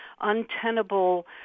untenable